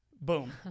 boom